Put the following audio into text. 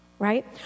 right